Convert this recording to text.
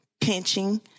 pinching